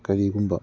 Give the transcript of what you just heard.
ꯀꯔꯤꯒꯨꯝꯕ